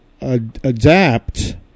adapt